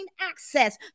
access